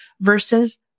versus